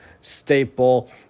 staple